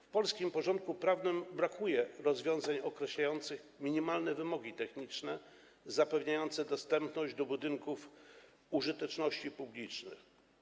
W polskim porządku prawnym brakuje rozwiązań określających minimalne wymogi techniczne zapewniające dostępność budynków użyteczności publicznej.